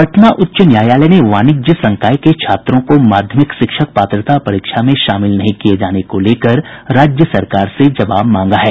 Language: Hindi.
पटना उच्च न्यायालय ने वाणिज्य संकाय के छात्रों को माध्यमिक शिक्षक पात्रता परीक्षा में शामिल नहीं किये जाने को लेकर राज्य सरकार से जवाब मांगा है